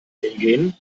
hingehen